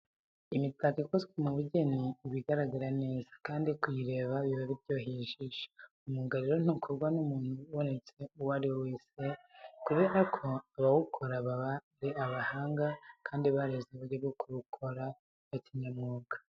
Imitako ikozwe mu bugeni, iba igaragara neza, kandi kuyireba biba biryoheye ijisho. Uyu mwuga rero ntukorwa n'umuntu ubonetse uwo ari we wese kubera ko abawukora baba ari abahanga kandi barize uburyo bwo kuwukora bya kinyamwuga.